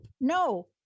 no